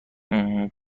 کمی